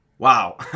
Wow